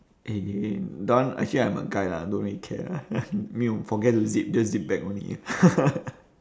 eh done actually I'm a guy lah I don't really care lah I mean you forget to zip just zip back only